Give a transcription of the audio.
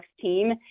team